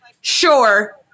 sure